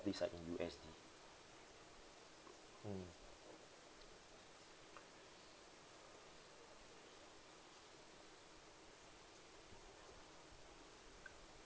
these are in U_S_D mm